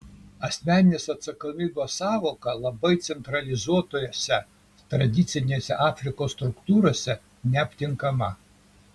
asmeninės atsakomybės sąvoka labai centralizuotose tradicinėse afrikos struktūrose neaptinkama